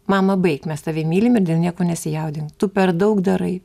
mama baik mes tave mylim ir dėl nieko nesijaudink tu per daug darai